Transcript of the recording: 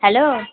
hello